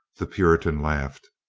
the puritan laughed.